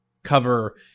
cover